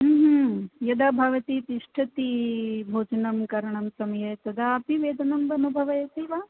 यदा भवती तिष्ठति भोजनं करणं समये तदा अपि वेदनम् अनुभवति वा